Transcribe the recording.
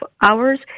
hours